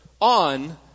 on